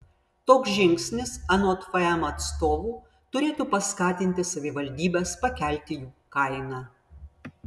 toks žingsnis anot fm atstovų turėtų paskatinti savivaldybes pakelti jų kainą